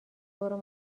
برو